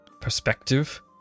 perspective